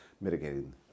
mitigating